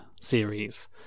series